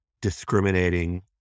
discriminating